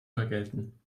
vergelten